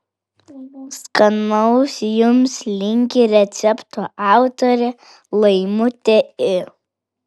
skanaus jums linki recepto autorė laimutė i